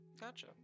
Gotcha